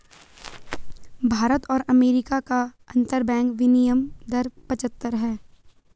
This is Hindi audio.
भारत और अमेरिका का अंतरबैंक विनियम दर पचहत्तर है